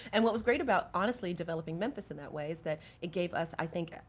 and what was great about, honestly, developing memphis in that way, is that it gave us, i think,